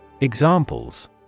Examples